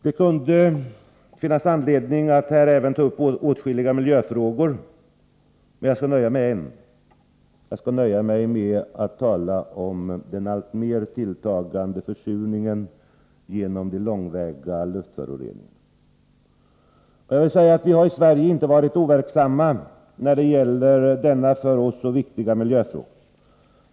Det kunde finnas anledning att här ta upp åtskilliga miljöfrågor, men jag skall nöja mig med en — den alltmera tilltagande försurningen genom de långväga luftföroreningarna. Vi har i Sverige inte varit overksamma när det gäller denna för oss så viktiga miljöfråga.